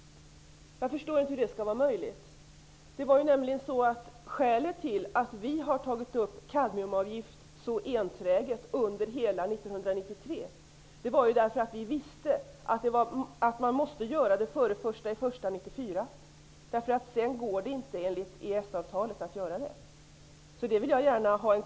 Jag förstår inte hur det skall vara möjligt. Skälet till att vi under hela 1993 så enträget har tagit upp frågan om en kadmiumavgift är att vi vet att man måste införa den före den 1 januari 1994. Sedan går det enligt EES-avtalet inte att göra det.